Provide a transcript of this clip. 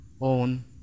own